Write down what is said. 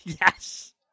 Yes